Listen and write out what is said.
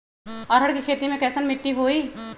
अरहर के खेती मे कैसन मिट्टी होइ?